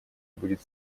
будет